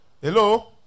hello